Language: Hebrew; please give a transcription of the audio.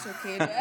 משהו, כאילו.